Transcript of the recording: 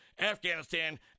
Afghanistan